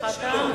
זמנך תם.